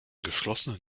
geschlossenen